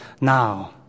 now